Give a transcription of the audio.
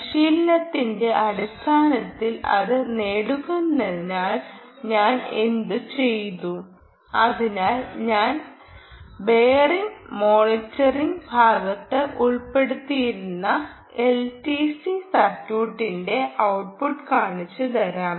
പരിശീലനത്തിന്റെ അടിസ്ഥാനത്തിൽ അത് നേടുന്നതിനായി ഞാൻ എന്തുചെയ്തു അതിനായി ഞാൻ ബെയറിംഗ് മോണിറ്ററിംഗ് ഭാഗത്ത് ഉൾപ്പെടുത്തിയിരുന്ന എൽടിസി സർക്യൂട്ടിന്റെ ഔട്ട്പുട്ട് കാണിച്ചുതരാം